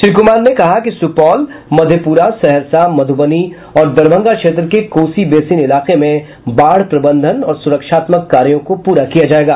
श्री कुमार ने कहा कि सुपौल मधेपुरा सहरसा मधुबनी और दरभंगा क्षेत्र के कोसी बेसिन इलाके में बाढ़ प्रबंधन और सुरक्षात्मक कार्यों को पूरा किया जायेगा